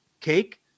cake